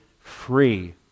free